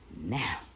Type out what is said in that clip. Now